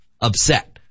upset